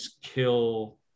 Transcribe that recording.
kill